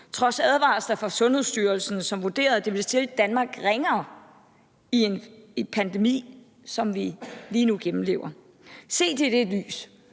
trods advarsler fra Sundhedsstyrelsen, som vurderede, at det ville stille Danmark ringere ved en pandemi, som vi lige nu gennemlever. Set i det lys